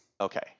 Okay